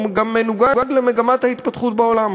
הוא גם מנוגד למגמת ההתפתחות בעולם.